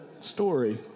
story